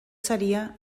seria